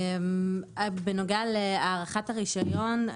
בנוגע להארכת הרישיון,